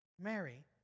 Mary